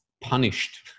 punished